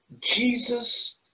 Jesus